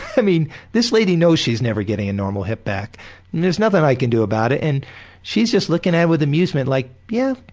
i mean, this lady knows she's never getting a normal hip back and there's nothing i can do about it. and she's just looking at it with amusement like, yeah,